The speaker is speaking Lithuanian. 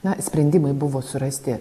na sprendimai buvo surasti